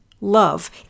love